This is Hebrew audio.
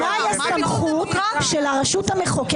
ולכן השאלה שלי היא, מהי הסמכות של הרשות המחוקקת